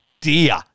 dear